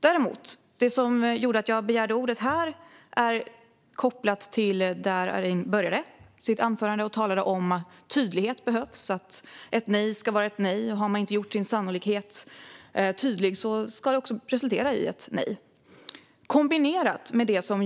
Det som gjorde att jag begärde ordet här är kopplat till det som Arin började sitt anförande med när han talade om att tydlighet behövs, att ett nej ska vara ett nej och att det ska resultera i ett nej om man inte har gjort sin identitet sannolik.